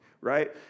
right